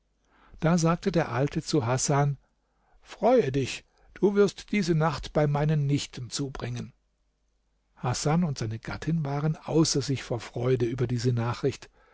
da sagte der alte zu hasan freue dich du wirst diese nacht bei meinen nichten zubringen hasan und seine gattin waren außer sich vor freude über diese nachricht